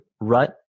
rut